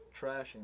trashing